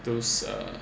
those uh